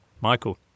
Michael